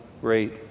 great